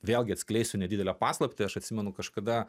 vėlgi atskleisiu nedidelę paslaptį aš atsimenu kažkada